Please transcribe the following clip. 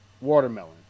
watermelon